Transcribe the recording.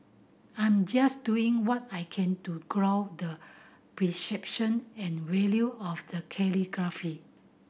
I'm just doing what I can to grow the perception and value of the calligraphy